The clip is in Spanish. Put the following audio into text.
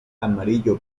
amarillo